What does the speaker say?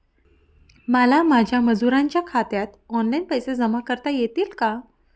मला माझ्या मजुरांच्या खात्यात ऑनलाइन पैसे जमा करता येतील का?